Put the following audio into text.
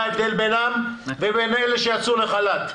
מה ההבדל בינם לבין אלה שיצאו לחל"ת?